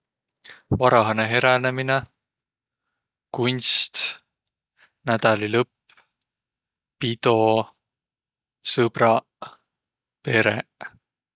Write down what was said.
Varahanõ heränemine, kunst, nädälilõpp, pido, sõbraq, pereq.